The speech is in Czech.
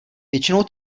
většinou